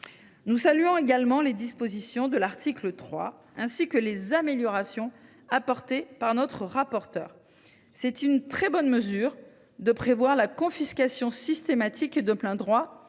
Nous saluons également les dispositions de l’article 3, ainsi que les améliorations apportées par notre rapporteure. Je pense notamment à la confiscation systématique et de plein droit